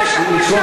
אני מתנצל,